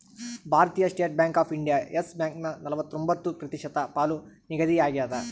ಭಾರತೀಯ state bank of India Yes ಬ್ಯಾಂಕನ ನಲವತ್ರೊಂಬತ್ತು ಪ್ರತಿಶತ ಪಾಲು ನಿಗದಿಯಾಗ್ಯದ